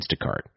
Instacart